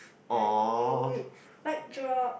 I knew it mic drop